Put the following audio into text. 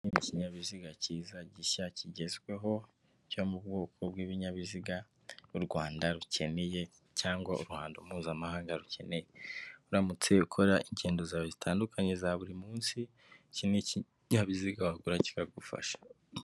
Iki ni ikinyabiziga kiza gishya kigezweho cyo mu bwoko bw'ibinyabiziga n'u Rwanda rukeneye cyangwa uruhando mpuzamahanga rukeneye, uramutse ukora ingendo zawe zitandukanye za buri munsi iki ni kinyabiziga wagura kikagufasha.